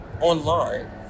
online